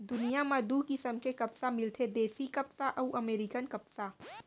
दुनियां म दू किसम के कपसा मिलथे देसी कपसा अउ अमेरिकन कपसा